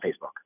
Facebook